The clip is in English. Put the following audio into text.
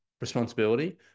responsibility